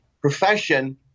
profession